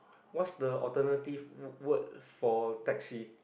what's the alternative word for taxi